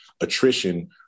attrition